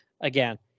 again